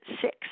six